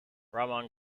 rahman